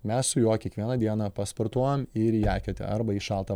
mes su juo kiekvieną dieną pasportuojam ir į eketę arba į šaltą